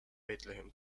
bethlehem